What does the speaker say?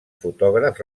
fotògraf